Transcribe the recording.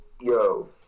Yo